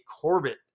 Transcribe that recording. Corbett